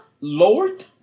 Lord